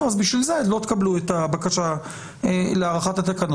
לכן לא תקבלו את הבקשה להארכת התקנות